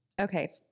Okay